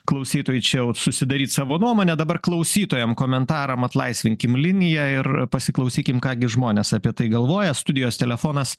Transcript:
klausytojai čia jau susidaryt savo nuomonę dabar klausytojam komentaram atlaisvinkim liniją ir pasiklausykim ką gi žmonės apie tai galvoja studijos telefonas